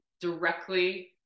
directly